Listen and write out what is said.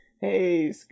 Hey